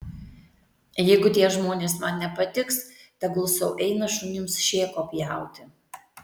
jeigu tie žmonės man nepatiks tegul sau eina šunims šėko pjauti